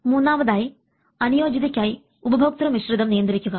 മൂന്നാമതായി അനുയോജ്യതയ്ക്കായി ഉപഭോക്തൃ മിശ്രിതം നിയന്ത്രിക്കുക